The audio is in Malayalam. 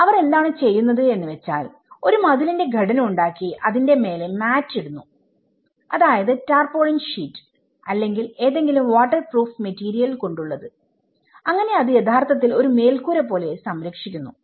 അവർ എന്താണ് ചെയ്യുന്നത് എന്ന് വെച്ചാൽ ഒരു മതിലിന്റെ ഘടന ഉണ്ടാക്കി അതിന്റെ മേലെ മാറ്റ് ഇടുന്നു അതായത് ടർപൊളിൻ ഷീറ്റ് അല്ലെങ്കിൽ ഏതെങ്കിലും വാട്ടർപ്രൂഫ് മെറ്റീരിയൽ കൊണ്ടുള്ളത് അങ്ങനെ അത് യഥാർത്ഥത്തിൽ ഒരു മേൽക്കൂര പോലെ സംരക്ഷിക്കുന്നു